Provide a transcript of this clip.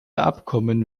abkommen